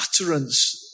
utterance